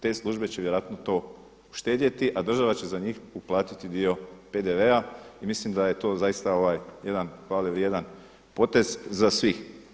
Te službe će vjerojatno to uštedjeti a država će za njih uplatiti dio PDV-a i mislim da je to zaista jedan hvale vrijedan potez za sve.